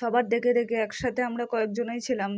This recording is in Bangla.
সবার দেখে দেখে একসাথে আমরা কয়েক জনই ছিলাম